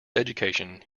education